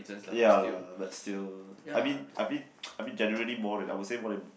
ya lah but still I mean I mean I mean generally more than I would say more than